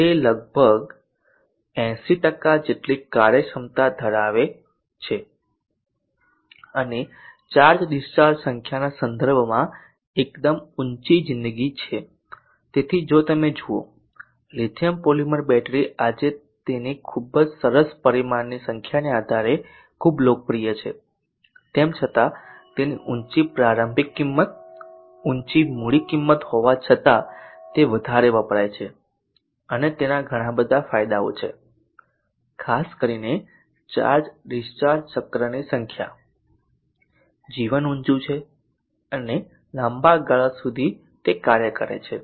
તે લગભગ 8૦ જેટલી કાર્યક્ષમતા ધરાવે છે અને ચાર્જ ડિસ્ચાર્જ ચક્રની સંખ્યાના સંદર્ભમાં એકદમ ઊંચી જીંદગી છે તેથી જો તમે જુઓ લિથિયમ પોલિમર બેટરી આજે તેની ખૂબ જ સરસ પરિમાણની સંખ્યાને કારણે ખૂબ લોકપ્રિય છે અને તેમ છતાં તેની ઊંચી પ્રારંભિક કિંમત ઊંચી મૂડી કિંમત હોવા છતાં તે વધારે વપરાય છે અને તેના ઘણા બધા ફાયદાઓ છે ખાસ કરીને ચાર્જ ડિસ્ચાર્જ ચક્રની સંખ્યા જીવન ઊંચું છે અને લાંબા ગાળા સુધી તે કાર્ય કરે છે